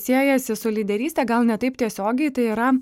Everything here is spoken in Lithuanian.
siejasi su lyderyste gal ne taip tiesiogiai tai yra